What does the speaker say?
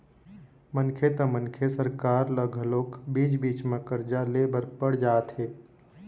मनखे त मनखे सरकार ल घलोक बीच बीच म करजा ले बर पड़ जाथे